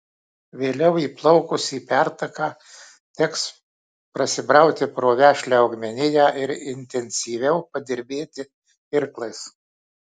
vėliau įplaukus į pertaką teks prasibrauti pro vešlią augmeniją ir intensyviau padirbėti irklais